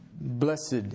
blessed